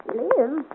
live